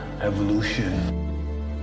evolution